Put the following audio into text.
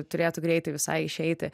turėtų greitai visai išeiti